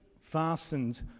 fastened